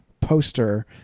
poster